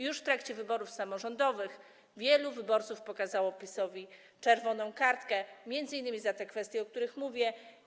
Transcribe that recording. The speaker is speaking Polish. Już w trakcie wyborów samorządowych wielu wyborców pokazało PiS-owi czerwoną kartkę, m.in. za te kwestie, o których mówię.